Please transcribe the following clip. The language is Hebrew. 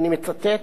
ואני מצטט: